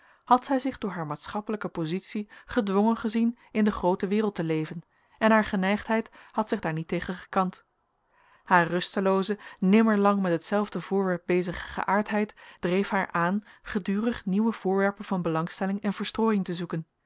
had zij zich door haar maatschappelijke positie gedwongen gezien in de groote wereld te leven en haar geneigdheid had zich daar niet tegen gekant haar rustelooze nimmer lang met hetzelfde voorwerp bezige geaardheid dreef haar aan gedurig nieuwe voorwerpen van belangstelling en verstrooiing te zoeken